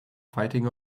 fighting